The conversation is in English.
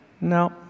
No